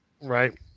Right